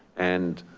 and